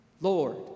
Lord